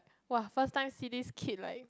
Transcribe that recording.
!woah! first time see this kid like